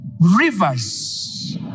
rivers